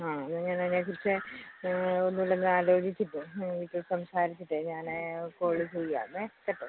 ആ അത് ഞാനതിനെ കുറിച്ച് ഒന്നൂടൊന്നാലോചിച്ചിട്ട് വീട്ടിൽ സംസാരിച്ചിട്ട് ഞാൻ കോള് ചെയ്യാമേ കേട്ടോ